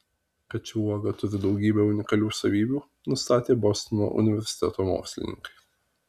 kad ši uoga turi daugybę unikalių savybių nustatė bostono universiteto mokslininkai